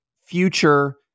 future